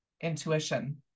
intuition